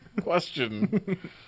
Question